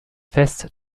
fest